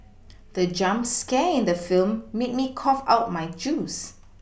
the jump scare in the film made me cough out my juice